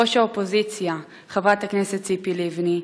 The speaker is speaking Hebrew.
ראש האופוזיציה חברת הכנסת ציפי לבני,